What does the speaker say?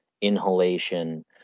inhalation